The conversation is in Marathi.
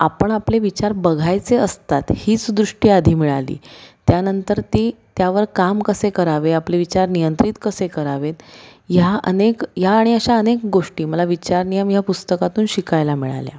आपण आपले विचार बघायचे असतात हीच दृष्टी आधी मिळाली त्यानंतर ती त्यावर काम कसे करावे आपले विचार नियंत्रित कसे करावेत ह्या अनेक ह्या आणि अशा अनेक गोष्टी मला विचार नियम ह्या पुस्तकातून शिकायला मिळाल्या